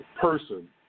person